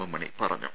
M Mani പറഞ്ഞു